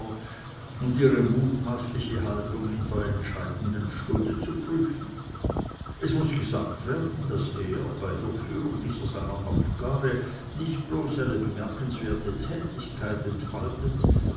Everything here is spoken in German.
und ihre mutmaßliche haltung in der entscheidenden stunde zu prüfen es muß gesagt werden daß er bei durchführung dieser seiner aufgabe nicht bloß eine bemerkenswerte tätigkeit entfaltet